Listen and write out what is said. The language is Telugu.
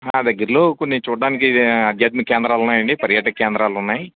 దగ్గరలో కొన్ని చూడడానికి ఆధ్యాత్మిక కేంద్రాలు ఉన్నాయి అండి పర్యాటక కేంద్రాలు ఉన్నాయి